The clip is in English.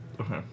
okay